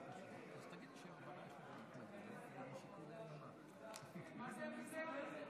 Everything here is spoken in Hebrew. מה זה הביזיון הזה?